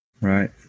Right